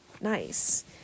Nice